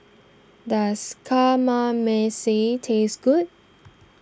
does Kamameshi taste good